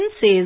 says